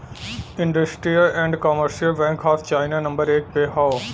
industrial and commercial bank of China number एक पे हौ